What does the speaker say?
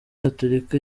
gatolika